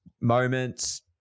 moments